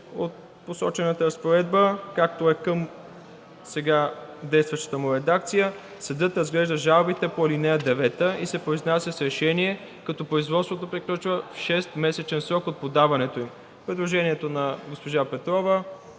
от посочената разпоредба, както е в сега действащата му редакция: „Съдът разглежда жалбите по ал. 9 и се произнася с решение, като производството приключва в шестмесечен срок от подаването им.“ Предложението на госпожа Петрова